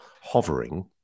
hovering